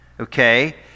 Okay